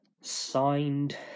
signed